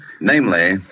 Namely